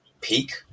peak